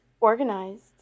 organized